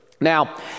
Now